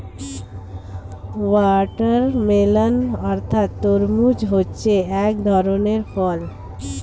watermelon অর্থাৎ তরমুজ হচ্ছে এক ধরনের ফল